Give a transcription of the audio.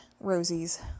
Rosie's